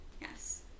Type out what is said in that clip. Yes